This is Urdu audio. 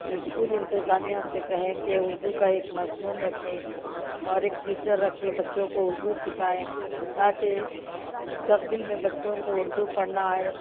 اسکول انتظامیہ سے کہیں کہ اردو کا ایک مضمون رکھے اور ایک ٹیچر رکھے بچّوں کو اردو سکھائے تا کہ مستقبل میں بچّوں کو اردو پڑھنا آئے